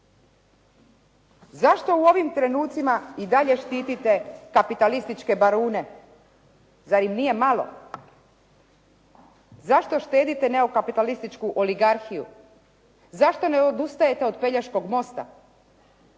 Zašto u ovim trenucima i dalje štitite kapitalističke barune? Zar im nije malo? Zašto štedite neokapitalističku oligarhiju? Zašto ne odustajete od Pelješkog mosta?